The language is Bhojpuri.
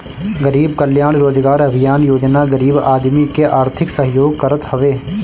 गरीब कल्याण रोजगार अभियान योजना गरीब आदमी के आर्थिक सहयोग करत हवे